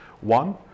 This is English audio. One